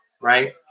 Right